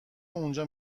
اونجا